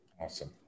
Awesome